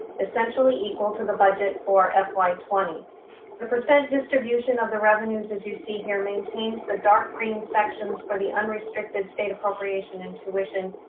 essentially equal to the budget for ah fy twenty. the percent distribution of the revenues, as you see here maintains the dark green sections for the unrestricted state appropriation in tuition,